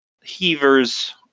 Heaver's